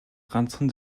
ганцхан